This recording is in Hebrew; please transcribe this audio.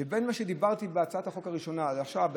בין מה שדיברתי בהצעת החוק הראשונה לעכשיו,